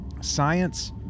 Science